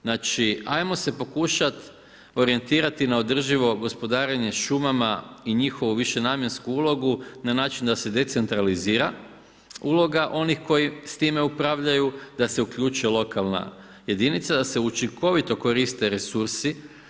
Znači ajmo se pokušati orijentirati na održivo gospodarenje šumama i njihovu višenamjensku ulogu na način da se decentralizira uloga onih koji s time upravljaju, da se uključi lokalna jedinica, da se učinkovito koriste resursi.